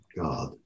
God